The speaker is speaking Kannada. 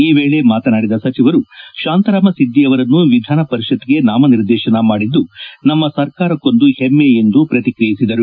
ಈ ವೇಳೆ ಮಾತನಾಡಿದ ಸಚಿವರು ಶಾಂತರಾಮ ಸಿದ್ದಿಯವರನ್ನು ವಿಧಾನ ಪರಿಷತ್ತಿಗೆ ನಾಮನಿರ್ದೇಶನ ಮಾಡಿದ್ದು ನಮ್ಮ ಸರ್ಕಾರಕ್ಕೊಂದು ಹೆಮ್ಮೆ ಎಂದು ಪ್ರತಿಕ್ರಿಯಿಸಿದರು